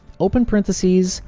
open parenthesis,